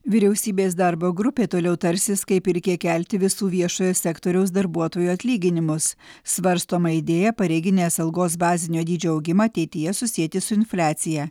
vyriausybės darbo grupė toliau tarsis kaip ir kiek kelti visų viešojo sektoriaus darbuotojų atlyginimus svarstoma idėja pareiginės algos bazinio dydžio augimą ateityje susieti su infliacija